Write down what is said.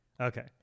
Okay